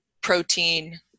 protein